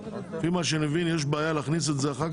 לפי מה שאני מבין יש בעיה להכניס את זה אחר